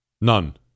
None